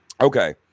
Okay